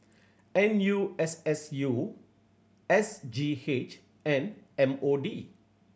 N U S S U S G H and M O D